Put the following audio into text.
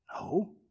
No